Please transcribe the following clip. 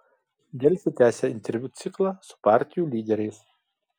delfi tęsia interviu ciklą su partijų lyderiais